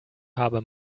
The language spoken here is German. habe